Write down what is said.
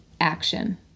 action